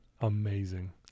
amazing